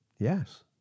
Yes